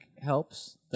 helps